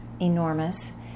enormous